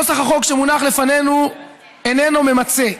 נוסח החוק שמונח לפנינו איננו ממצה,